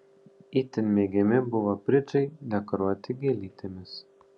itin mėgiami buvo bridžai dekoruoti gėlytėmis